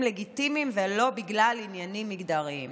לגיטימיים ולא בגלל עניינים מגדריים.